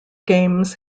games